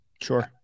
sure